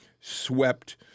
swept